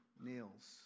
nails